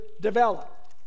develop